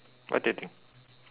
what do you think